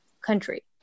country